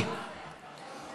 אין מתנגדים,